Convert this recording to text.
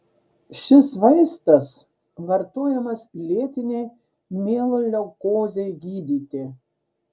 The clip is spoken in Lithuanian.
šis vaistas vartojamas lėtinei mieloleukozei gydyti